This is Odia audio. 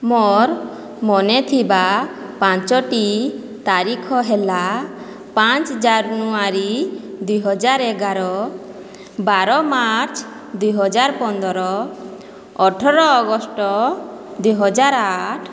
ମୋର୍ ମନେ ଥିବା ପାଞ୍ଚୋଟି ତାରିଖ ହେଲା ପାଞ୍ଚ ଜାନୁଆରୀ ଦୁଇ ହଜାର ଏଗାର ବାର ମାର୍ଚ୍ଚ ଦୁଇ ହଜାର ପନ୍ଦର ଅଠର ଅଗଷ୍ଟ ଦୁଇ ହଜାର ଆଠ